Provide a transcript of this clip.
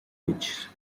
which